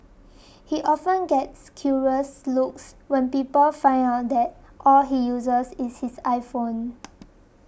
he often gets curious looks when people find out that all he uses is his iPhone